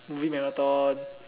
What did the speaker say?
movie marathon